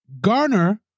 garner